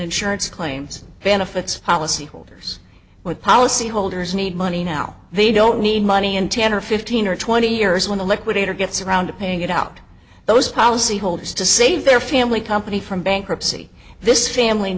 insurance claims benefits policyholders when policyholders need money now they don't need money in ten or fifteen or twenty years when the liquidator gets around to paying it out those policyholders to save their family company from bankruptcy this family